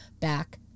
back